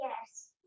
Yes